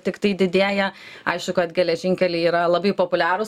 tiktai didėja aišku kad geležinkeliai yra labai populiarūs